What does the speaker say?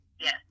Yes